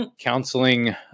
counseling